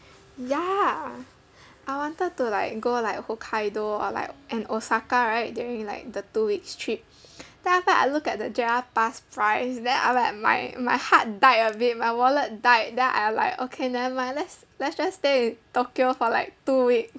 ya I wanted to like go like hokkaido or like and osaka right during like the two weeks trip then after that I looked at the J_R pass price then I'm like my my heart died a bit my wallet died then I'm like okay never mind let's let's just stay in tokyo for like two weeks